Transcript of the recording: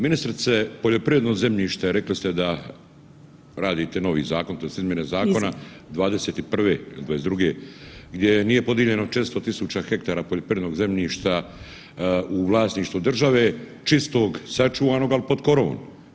Ministrice poljoprivredno zemljište rekli ste da radite novi zakon tj. izmjene zakona '21., '22. gdje nije podijeljeno 400.000 hektara poljoprivrednog zemljišta u vlasništvu države, čistog, sačuvanog ali pod korovom.